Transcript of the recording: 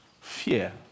fear